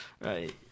right